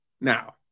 Now